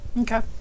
Okay